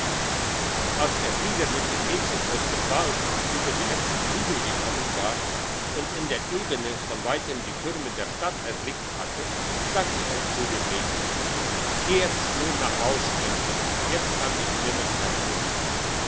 als der frieder mit dem mädchen aus dem wald und über die letzten hügel gekommen war und in der ebene von weitem die türme der stadt erblickt hatte sagte er zu dem mädchen geh jetzt nur nach haus mein kind jetzt kann ich nimmer verirren